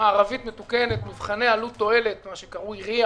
מערבית מתוקנת מבחני עלות תועלת, מה שקרוי RIA